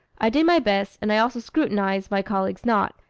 i did my best, and i also scrutinised my colleague's knot,